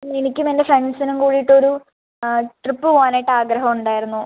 എനിക്കും എൻ്റെ ഫ്രണ്ട്സിനും കൂടിയിട്ട് ഒരു ട്രിപ്പ് പോവാനായിട്ട് ആഗ്രഹം ഉണ്ടായിരുന്നു